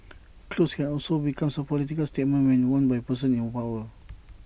clothes can also become A political statement when worn by persons in power